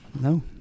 No